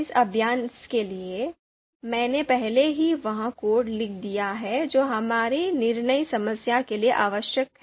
इस अभ्यास के लिए मैंने पहले ही वह कोड लिख दिया है जो हमारी निर्णय समस्या के लिए आवश्यक है